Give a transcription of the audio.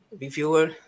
reviewer